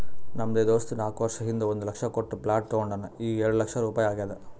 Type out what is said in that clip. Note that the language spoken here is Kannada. ನಮ್ ದೋಸ್ತ ನಾಕ್ ವರ್ಷ ಹಿಂದ್ ಒಂದ್ ಲಕ್ಷ ಕೊಟ್ಟ ಪ್ಲಾಟ್ ತೊಂಡಾನ ಈಗ್ಎರೆಡ್ ಲಕ್ಷ ರುಪಾಯಿ ಆಗ್ಯಾದ್